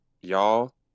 y'all